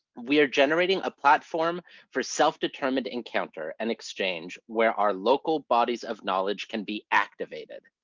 we are generating a platform for self-determined encounter and exchange, where our local bodies of knowledge can be activated.